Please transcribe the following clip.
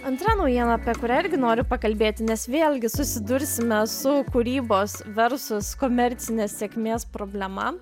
antra naujiena apie kurią irgi noriu pakalbėti nes vėlgi susidursime su kūrybos versus komercinės sėkmės problema